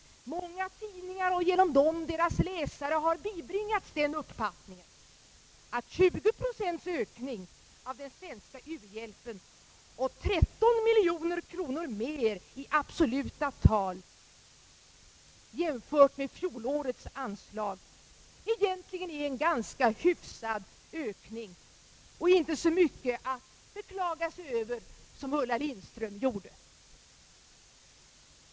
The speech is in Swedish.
Många tidningar och genom dem deras läsare har bibringats uppfattningen att 20 procents ökning av den svenska u-hjälpen och 13 miljoner kronor mer i absoluta tal, jämfört med fjolårets anslag, egentligen är en ganska hyfsad ökning och inte så mycket att beklaga sig över som Ulla Lindström gjorde.